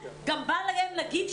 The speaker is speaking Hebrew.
בגני הילדים,